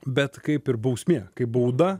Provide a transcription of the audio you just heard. bet kaip ir bausmė kaip bauda